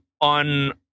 on